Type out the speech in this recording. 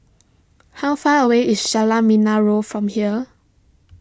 how far away is Jalan Menarong from here